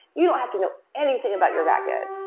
you don't have to know anything about your backend.